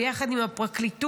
ביחד עם הפרקליטות,